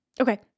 Okay